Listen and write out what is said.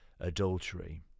adultery